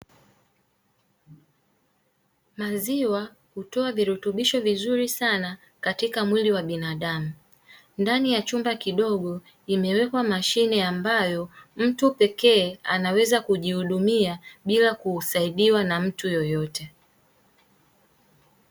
Maziwa hutoa virutubisho vizuri sana katika mwili wa binaadamu, ndani ya chumba kidogo imewekwa mashine ambayo mtu pekee anaweza kujihudumia bila kusaidiwa na mtu yeyote.